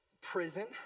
prison